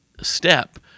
step